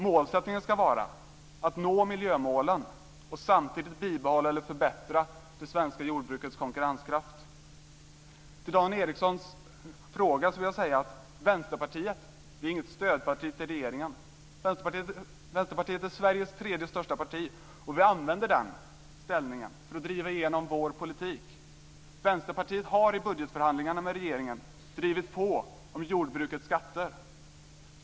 Målsättningen ska vara att nå miljömålen och samtidigt bibehålla eller förbättra det svenska jordbrukets konkurrenskraft. På Dan Ericssons fråga vill jag svara: Vänsterpartiet är inget stödparti till regeringen. Vänsterpartiet är Sveriges tredje största parti, och vi använder den ställningen för att driva igenom vår politik. Vänsterpartiet har i budgetförhandlingarna med regeringen drivit på om jordbrukets skatter.